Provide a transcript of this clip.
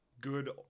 good